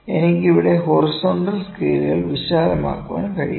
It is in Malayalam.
എനിക്ക് ഇവിടെ ഹൊറിസോണ്ടൽ സ്കെയിൽ വിശാലമാക്കാൻ കഴിയും